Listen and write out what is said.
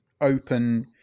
open